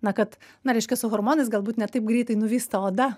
na kad na reiškia su hormonais galbūt ne taip greitai nuvysta oda